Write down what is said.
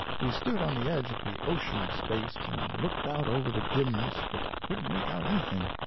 we stood on the edge of the ocean of space, and looked out over the dimness, but couldn't make out anything.